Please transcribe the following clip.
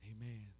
amen